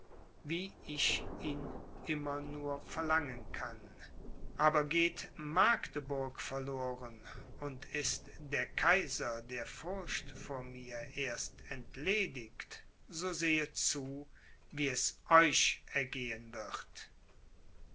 wie ich ihn immer nur verlangen kann aber geht magdeburg verloren und ist der kaiser der furcht vor mir erst entledigt so sehet zu wie es euch ergehen wird